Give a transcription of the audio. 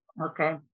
Okay